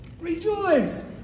Rejoice